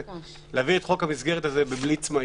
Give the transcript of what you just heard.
האפשרות האחרת הייתה להעביר את חוק המסגרת הזה בבליץ מהיר.